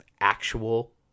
actual